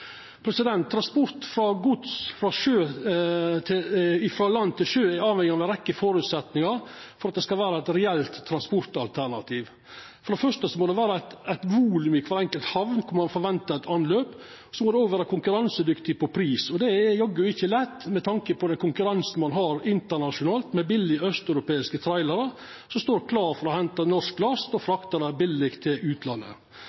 Transport av gods frå land til sjø er avhengig av ei rekkje føresetnader for at det skal vera eit reelt transportalternativ. For det første må det vera eit volum i kvar enkelt hamn der ein ventar eit anløp, for det andre må ein vera konkurransedyktig på pris. Det er jaggu ikkje lett, med tanke på konkurransen ein har internasjonalt med billige austeuropeiske trailerar som står klare til å henta norsk laks og frakta han billig til utlandet.